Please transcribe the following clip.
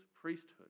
priesthood